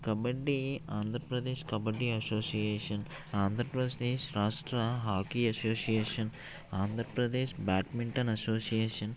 kabaddi Andhra Pradesh kabaddi association Andhra Pradesh రాష్ట్ర hockey association Andhra Pradesh badminton association